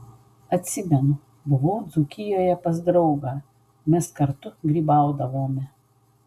atsimenu buvau dzūkijoje pas draugą mes kartu grybaudavome